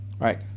right